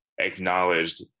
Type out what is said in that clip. acknowledged